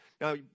Now